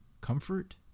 comfort